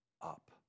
up